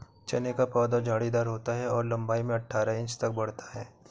चने का पौधा झाड़ीदार होता है और लंबाई में अठारह इंच तक बढ़ता है